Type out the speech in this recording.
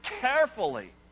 carefully